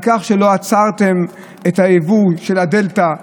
על כך שלא עצרתם את היבוא של הדלתא?